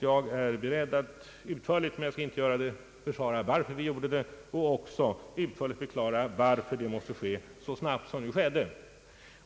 Jag är beredd — men jag skall inte göra det —— att utförligt försvara varför vi gjorde det, och även att utförligt förklara varför det måste ske så snabbt som det skedde.